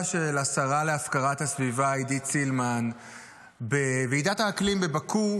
של השרה להפקרת הסביבה עידית סילמן בוועידת האקלים בבאקו,